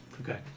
Okay